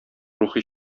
рухи